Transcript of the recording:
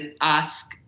ask